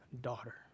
daughter